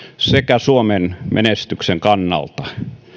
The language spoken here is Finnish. sekä suomen menestyksen kannalta